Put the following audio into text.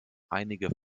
einige